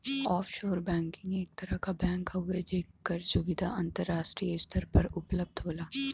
offshore banking एक तरह क बैंक हउवे जेकर सुविधा अंतराष्ट्रीय स्तर पर उपलब्ध होला